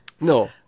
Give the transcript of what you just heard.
no